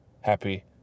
Happy